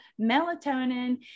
melatonin